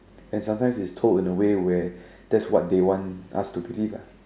and sometimes it's told in a way where that's what they want us to believe ah